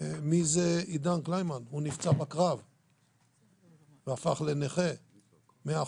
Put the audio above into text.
מי זה עידן קלימן הוא נפצע בקרב והפך לנכה 100%,